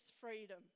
freedom